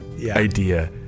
idea